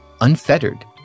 unfettered